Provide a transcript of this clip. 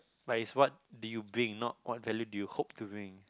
but is what do you bring not what value do you hope to bring